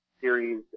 series